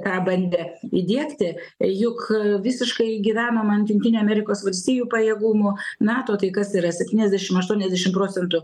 ką bandė įdiegti juk visiškai gyvenom ant jungtinių amerikos valstijų pajėgumų nato tai kas yra septyniasdešim aštuoniasdešim procentų